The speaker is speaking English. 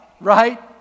right